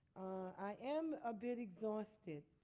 i am a bit exhausted